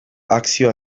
akzio